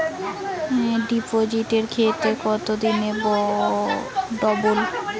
ডিপোজিটের ক্ষেত্রে কত দিনে ডবল?